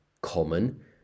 common